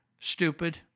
stupid